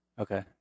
Okay